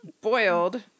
boiled